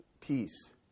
peace